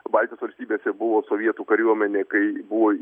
baltijos valstybėse buvo sovietų kariuomenė kai buvo